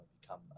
become